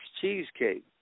cheesecake